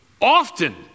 Often